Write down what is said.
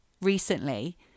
recently